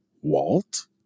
Walt